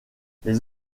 les